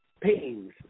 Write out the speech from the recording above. pains